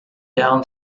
down